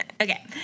Okay